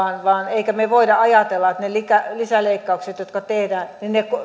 emmekä me voi ajatella että ne lisäleikkaukset jotka tehdään